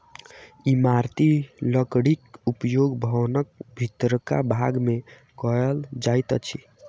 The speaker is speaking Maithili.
इमारती लकड़ीक उपयोग भवनक भीतरका भाग मे कयल जाइत अछि